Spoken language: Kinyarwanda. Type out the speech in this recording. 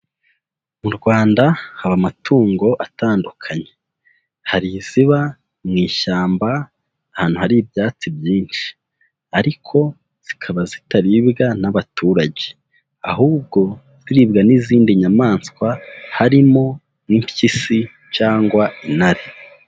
Mu Rwanda haba amatungo atandukanye. Hari iziba mu ishyamba ahantu hari ibyatsi byinshi. Ariko zikaba zitaribwa n'abaturage ahubwo ziribwa n'izindi nyamaswa, harimo nk'impyisi cyangwa intare.